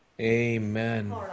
Amen